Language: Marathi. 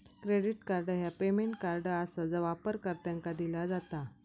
क्रेडिट कार्ड ह्या पेमेंट कार्ड आसा जा वापरकर्त्यांका दिला जात